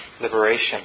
liberation